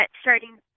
starting